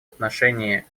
отношении